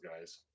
guys